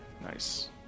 Nice